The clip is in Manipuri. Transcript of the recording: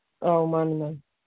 ꯑꯧ ꯃꯥꯅꯤ ꯃꯥꯅꯤ